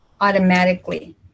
automatically